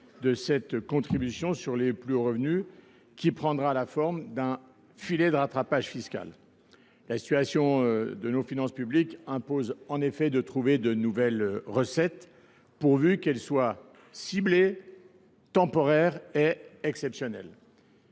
de cette contribution, qui prendra la forme d’un filet de rattrapage fiscal. La situation de nos finances publiques impose en effet de trouver de nouvelles recettes, pourvu qu’elles soient ciblées, temporaires et exceptionnelles.